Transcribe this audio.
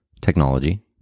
technology